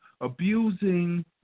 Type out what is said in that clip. abusing